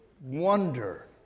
wonder